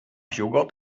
joghurt